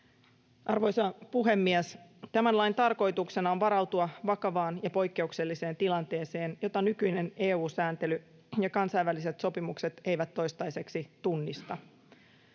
Arvoisa puhemies! Tämän lain tarkoituksena on varautua vakavaan ja poikkeukselliseen tilanteeseen, jota nykyinen EU-sääntely ja kansainväliset sopimukset eivät toistaiseksi tunnista.